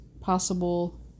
possible